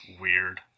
weird